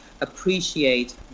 appreciate